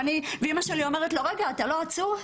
ואמא שלי שאלה אותו אם הוא לא עצור,